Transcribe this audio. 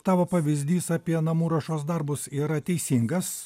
tavo pavyzdys apie namų ruošos darbus yra teisingas